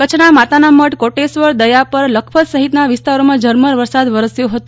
કચ્છના માતાના મઢ કોટેશ્વર દયાવર લખપત સહિતના વિસ્તારોમાં ઝરમર વરસાદ વરસ્યો હતો